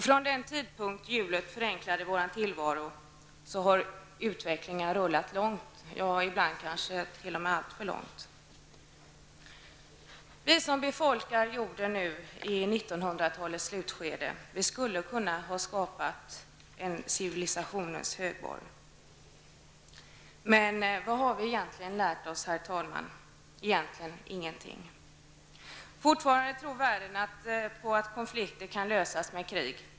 Från den tidpunkt då hjulet förenklade vår tillvaro har utvecklingen rullat långt, ibland kanske t.o.m. alltför långt. Vi som befolkar jorden nu i 1900-talets slutskede skulle ha kunnat skapa en civilisationens högborg. Men vad har vi egentligen lärt oss, herr talman? Egentligen ingenting. Fortfarande tror världen på att konflikter kan lösas med krig.